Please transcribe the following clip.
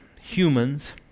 humans